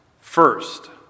First